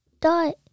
dot